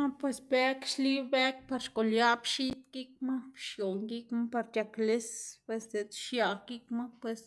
Ah pues bëg xli bëg par xgoliaꞌ pxiꞌd gikma, xioꞌn gikma par c̲h̲ak lis, pues diꞌtse xiaꞌg gikma pues